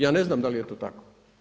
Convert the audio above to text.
Ja ne znam da li je to tako.